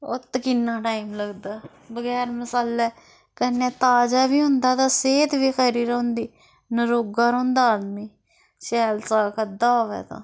ओत्त किन्ना टाइम लगदा बगैर मसालै कन्नै ताजा बी होंदा ते सेह्त बी खरी रौंह्दी नरौगा रौंह्दा आदमी शैल साग खाद्धा होऐ तां